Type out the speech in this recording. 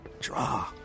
draw